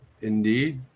Indeed